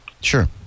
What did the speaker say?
Sure